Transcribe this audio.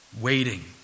Waiting